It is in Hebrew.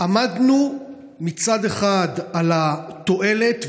עמדנו מצד אחד על התועלת,